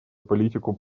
политику